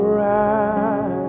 right